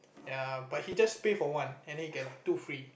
ya but he just pay for one and then he get like two free